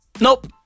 Nope